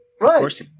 Right